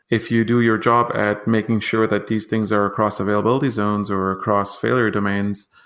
if you do your job at making sure that these things are across availability zones or across failure domains,